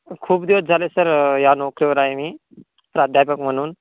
खूप दिवस झाले सर ह्या नोकरीवर आहे मी प्राध्यापक म्हणून